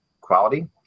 quality